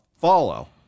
follow